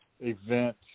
event